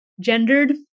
gendered